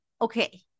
okay